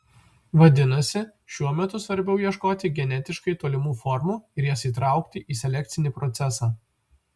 vadinasi šiuo metu svarbiau ieškoti genetiškai tolimų formų ir jas įtraukti į selekcinį procesą